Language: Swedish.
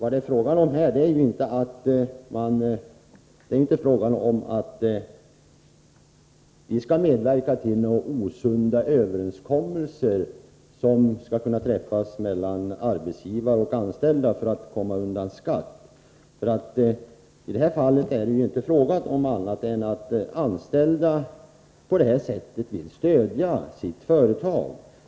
Det är inte fråga om att vi skall medverka till några osunda överenskommelser som skall kunna träffas mellan arbetsgivare och anställda för att komma undan skatt. I det här fallet är det inte fråga om annat än att anställda på det här sättet vill stödja sitt företag.